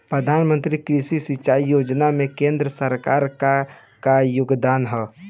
प्रधानमंत्री कृषि सिंचाई योजना में केंद्र सरकार क का योगदान ह?